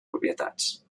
propietats